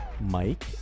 Mike